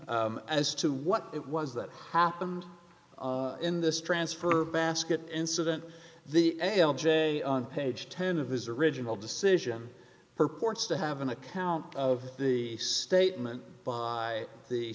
as to what it was that happened in this transfer basket incident the a l j on page ten of his original decision purports to have an account of the statement by the